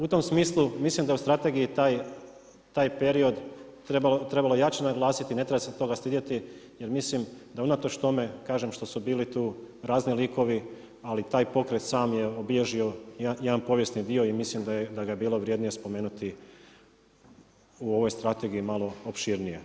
U tom smislu mislim da u strategiji taj period trebalo jače naglasiti, ne treba se toga stidjeti, jer mislim da unatoč tome kažem što su bili tu razni likovi, ali taj pokret je sam obilježio jedan povijesni dio i mislim da ga je bilo vrijednije spomenuti u ovoj strategiji malo opširnije.